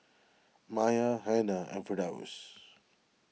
Maya Hana and Firdaus